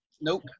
Nope